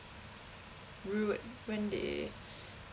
rude when they